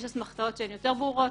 יש אסמכתאות שהן יותר ברורות,